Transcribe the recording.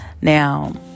now